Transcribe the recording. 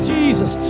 Jesus